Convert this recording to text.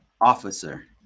officer